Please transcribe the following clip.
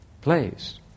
Plays